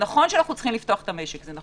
נכון שאנו צריכים לפתוח את המשק ואת